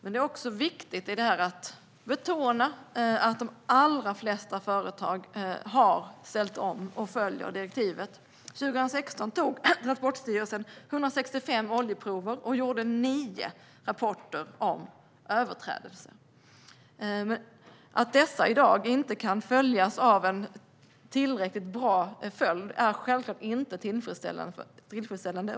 Det är viktigt att betona att de allra flesta företag har ställt om och följer direktivet. År 2016 tog Transportstyrelsen 165 oljeprover och gjorde nio rapporter om överträdelser. Att dessa i dag inte kan följas av tillräckligt bra konsekvenser är självklart inte tillfredsställande.